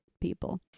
people